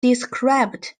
described